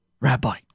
Rabbi